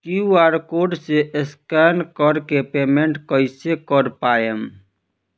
QR code से scan कर के पेमेंट कइसे कर पाएम?